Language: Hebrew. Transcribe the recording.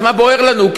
אז מה בוער לנו,